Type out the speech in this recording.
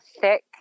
thick